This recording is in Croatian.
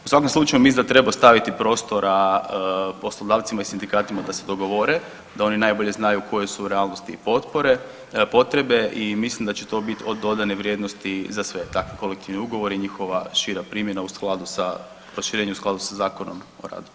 U svakom slučaju, mislim da treba staviti prostora poslodavcima i sindikatima da se dogovore, da oni najbolje znaju koje su realnosti i potpore, potrebe i mislim da će to biti od dodane vrijednosti za sve, takvi kolektivni ugovori i njihova šira primjena u skladu sa, prošireni u skladu sa Zakonom o radu.